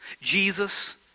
Jesus